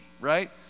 right